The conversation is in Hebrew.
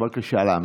בבקשה להמשיך.